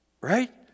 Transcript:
right